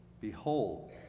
Behold